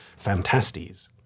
Fantastes